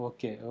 Okay